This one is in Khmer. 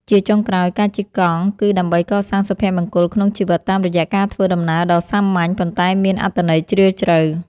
ជាចុងក្រោយ ការជិះកង់គឺដើម្បីកសាងសុភមង្គលក្នុងជីវិតតាមរយៈការធ្វើដំណើរដ៏សាមញ្ញ ប៉ុន្តែមានអត្ថន័យជ្រាលជ្រៅ។